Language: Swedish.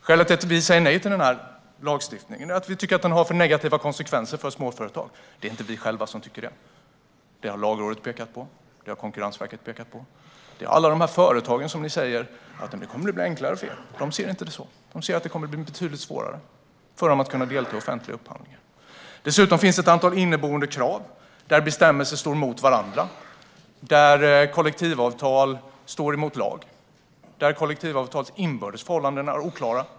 Skälet till att vi säger nej till den här lagstiftningen är att vi tycker att den har alltför negativa konsekvenser för småföretag. Men det är inte bara vi själva som tycker det. Lagrådet och Konkurrensverket har också pekat på detta. Ni säger till företagen att det kommer att bli enklare för dem, men de ser det inte så. De ser att det kommer att bli betydligt svårare för dem att delta i offentliga upphandlingar. Dessutom finns det ett antal inneboende krav där bestämmelser står mot varandra, där kollektivavtal står emot lag och där kollektivavtalens inbördes förhållanden är oklara.